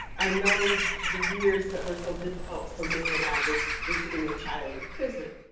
i know the years that were so difficult for me, and i was visiting a child in prison.